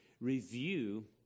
review